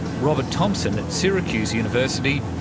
robert thompson at syracuse university,